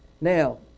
now